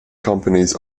companies